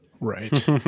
Right